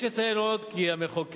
יש לציין עוד כי המחוקק,